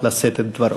לשאת את דברו.